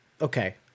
okay